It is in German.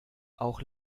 auch